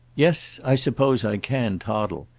yes i suppose i can toddle.